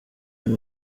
film